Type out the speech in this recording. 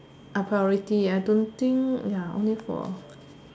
ah priority I don't think ya only for